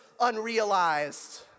unrealized